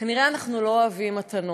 כנראה אנחנו לא אוהבים מתנות,